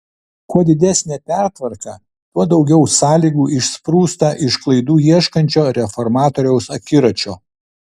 kuo didesnė pertvarka tuo daugiau sąlygų išsprūsta iš klaidų ieškančio reformatoriaus akiračio